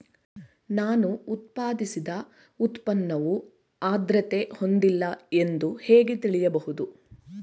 ನಾನು ಉತ್ಪಾದಿಸಿದ ಉತ್ಪನ್ನವು ಆದ್ರತೆ ಹೊಂದಿಲ್ಲ ಎಂದು ಹೇಗೆ ತಿಳಿಯಬಹುದು?